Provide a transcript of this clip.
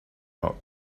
out